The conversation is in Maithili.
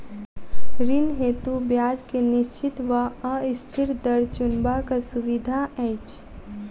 ऋण हेतु ब्याज केँ निश्चित वा अस्थिर दर चुनबाक सुविधा अछि